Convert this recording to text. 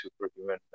superhuman